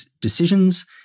decisions